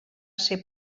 ser